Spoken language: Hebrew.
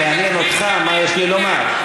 יעניין אותך מה יש לי לומר.